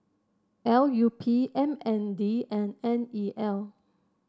L U P M N D and N E L